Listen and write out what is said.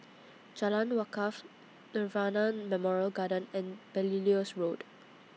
Jalan Wakaff Nirvana Memorial Garden and Belilios Road